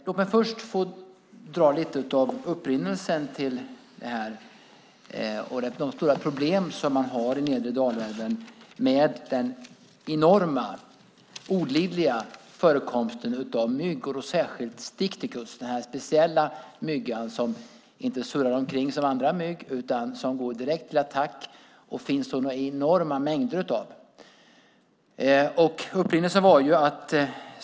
Låt mig först få dra lite av upprinnelsen till interpellationen och de stora problem som man har vid nedre Dalälven med den enorma, olidliga förekomsten av myggor och särskilt sticticus, den speciella myggan som inte surrar omkring som andra mygg utan som direkt går till attack och finns i så enorma mängder.